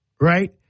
Right